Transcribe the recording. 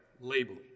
labeling